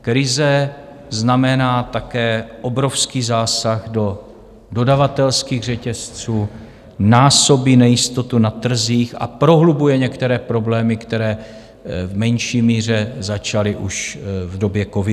Krize znamená také obrovský zásah do dodavatelských řetězců, násobí nejistotu na trzích a prohlubuje některé problémy, které v menší míře začaly už v době covidové krize.